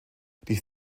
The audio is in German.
die